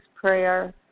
prayer